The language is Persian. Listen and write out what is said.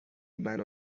منو